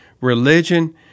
Religion